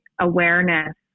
awareness